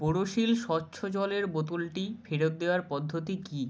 বোরোসিল স্বচ্ছ জলের বোতলটি ফেরত দেওয়ার পদ্ধতি কী